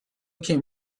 came